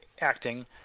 acting